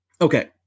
okay